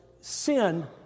sin